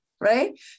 right